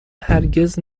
هرگز